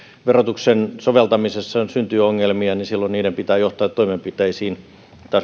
verotuksen soveltamisessa syntyy ongelmia silloin niiden pitää johtaa toimenpiteisiin